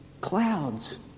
clouds